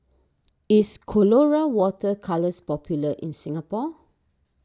is Colora Water Colours popular in Singapore